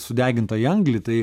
sudeginta į anglį tai